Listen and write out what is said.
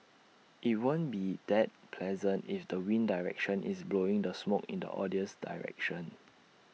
IT won't be that pleasant if the wind direction is blowing the smoke in the audience's direction